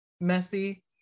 messy